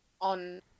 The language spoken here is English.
on